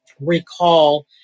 recall